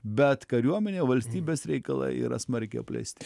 bet kariuomenė valstybės reikalai yra smarkiai apleisti